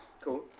Cool